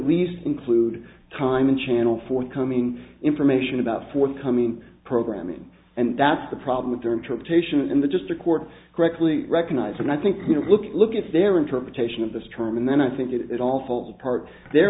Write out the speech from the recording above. least include time and channel forthcoming information about forthcoming programming and that's the problem with their interpretation in the district court correctly recognise and i think you know look look at their interpretation of this term and then i think it all falls apart their